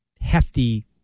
hefty